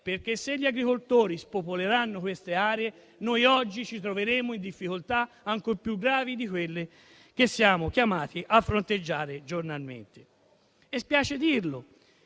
perché, se gli agricoltori spopoleranno quelle aree, ci troveremo in difficoltà ancor più gravi di quelle che siamo chiamati a fronteggiare giornalmente. Mi spiace dirlo,